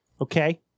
Okay